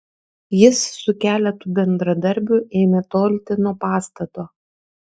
jis su keletu bendradarbių ėmė tolti nuo pastato